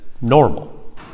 normal